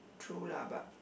true lah but